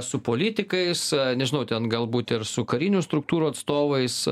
su politikais nežinau ten galbūt ir su karinių struktūrų atstovais